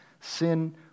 sin